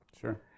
Sure